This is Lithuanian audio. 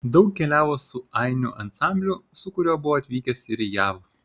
daug keliavo su ainių ansambliu su kuriuo buvo atvykęs ir į jav